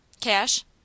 Cash